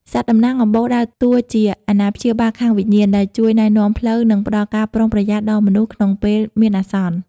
សត្វតំណាងអំបូរដើរតួជា "អាណាព្យាបាលខាងវិញ្ញាណ" ដែលជួយណែនាំផ្លូវ និងផ្តល់ការប្រុងប្រយ័ត្នដល់មនុស្សក្នុងពេលមានអាសន្ន។